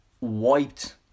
wiped